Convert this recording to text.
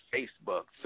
Facebook